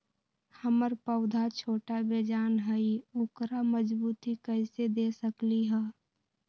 हमर पौधा छोटा बेजान हई उकरा मजबूती कैसे दे सकली ह?